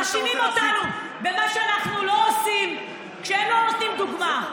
מאשימים אותנו במה שאנחנו לא עושים כשהם לא נותנים דוגמה.